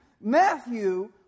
Matthew